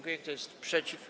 Kto jest przeciw?